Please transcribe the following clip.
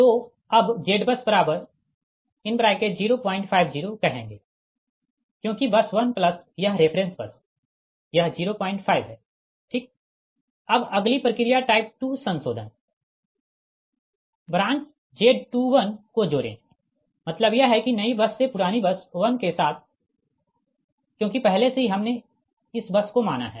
तो अब ZBUS050 कहेंगे क्योंकि बस 1 प्लस यह रेफ़रेंस बस यह 05 है ठीक अब अगली प्रक्रिया टाइप 2 संशोधन ब्रांच Z21 को जोड़े मतलब यह है कि नई बस से पुरानी बस 1 के साथ क्योंकि पहले से ही हमने इस बस को माना है